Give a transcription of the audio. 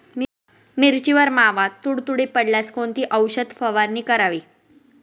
मिरचीवर मावा, तुडतुडे पडल्यास कोणती औषध फवारणी करावी?